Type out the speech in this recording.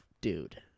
Dude